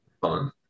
fun